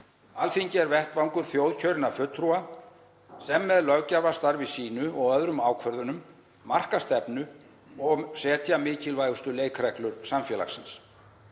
Alþingi er vettvangur þjóðkjörinna fulltrúa sem með löggjafarstarfi sínu og öðrum ákvörðunum marka stefnu og setja mikilvægustu leikreglur samfélagsins.